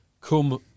come